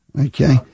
Okay